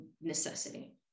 necessity